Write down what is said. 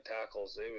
tackles